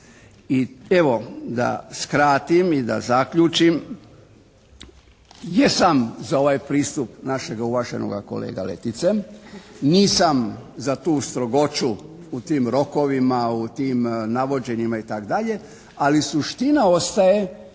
I evo, da skratim i da zaključim. Jesam za ovaj pristup našega uvaženoga kolege Letice, nisam za tu strogoću u tim rokovima, u tim navođenjima itd., ali suština ostaje